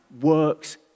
works